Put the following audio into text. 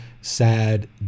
sad